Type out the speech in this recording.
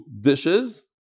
dishes